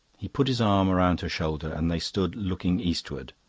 he put his arm round her shoulders and they stood looking eastward.